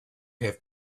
have